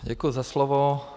Děkuji za slovo.